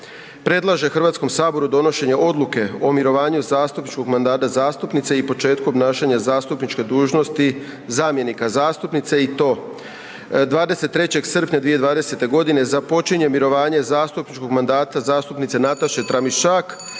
predlaže Hrvatskom saboru donošenje odluke o mirovanju zastupničkog mandata zastupnice i početku obnašanja zastupničke dužnosti zamjenika zastupnice i to 23. srpnja 2020. godine započinje mirovanje zastupničkog mandata zastupnice Nataše Tramišak,